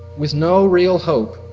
with no real hope